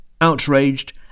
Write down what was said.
outraged